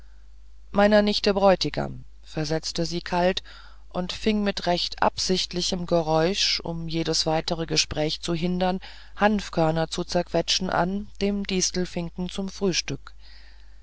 meiner nichte bräutigam versetzte sie kalt und fing mit recht absichtlichem geräusch um jedes weitere gespräch zu hindern hanfkörner zu zerquetschen an dem distelfinken zum frühstück